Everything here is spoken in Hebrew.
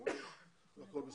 תקציבים והכול בסדר.